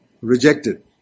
Rejected